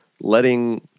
letting